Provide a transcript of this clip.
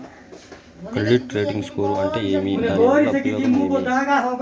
Credit rating score అంటే ఏమి దాని వల్ల ఉపయోగం ఏమి?